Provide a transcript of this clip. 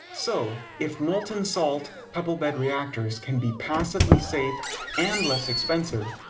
so if molten salt pebble-bed reactors can be passively safe and less expensive,